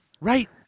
Right